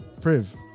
priv